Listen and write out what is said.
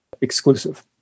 exclusive